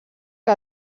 que